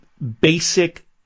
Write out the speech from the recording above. Basic